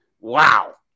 Wow